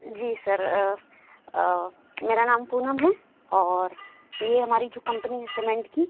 जी sir मेरा नाम पूनम है और यह हमारी जो कम्पनी है सीमेंट की